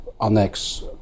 annex